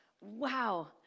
Wow